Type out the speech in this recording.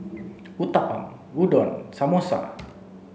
Uthapam Udon and Samosa